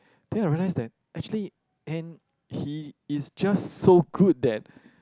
then I realized that actually an he is just so good that